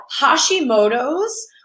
Hashimoto's